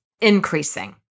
increasing